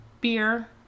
beer